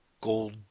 Gold